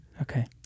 Okay